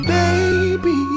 baby